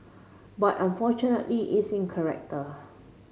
but unfortunately it's in character